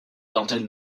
dentelle